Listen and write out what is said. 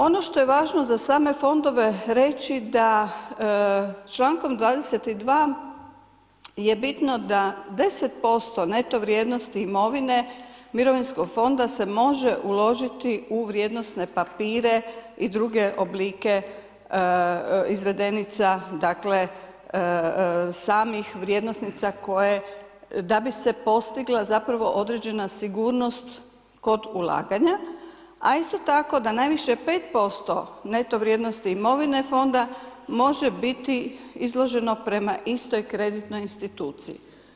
Ono što je važno za same fondove reći, da člankom 22. je bitno da 10% neto vrijednosti imovine mirovinskog fonda se može uložiti u vrijednosne papire i druge oblike izvedenica dakle, samih vrijednosnica koje da bi se postigla zapravo određena sigurnost kod ulaganja, a isto tako da najviše 5% neto vrijednosti imovine fonda, može biti izložena prema istoj kreditnoj instituciji.